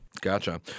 Gotcha